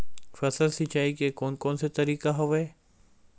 फसल सिंचाई के कोन कोन से तरीका हवय?